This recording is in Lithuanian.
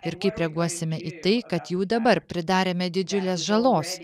ir kaip reaguosime į tai kad jau dabar pridarėme didžiulės žalos